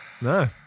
No